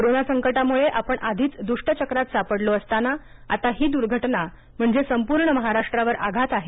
corona संकटामुळे आपण आधीच दुष्टचक्रात सापडलो असताना आता ही दुर्घटना म्हणजे संपूर्ण महाराष्ट्रावर आघात आहे